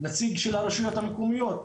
נציג של הרשויות המקומיות,